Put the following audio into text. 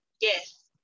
Yes